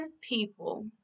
people